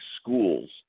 schools